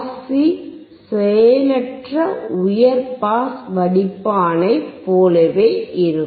C செயலற்ற உயர் pass வடிப்பான் ஐ போலவே இருக்கும்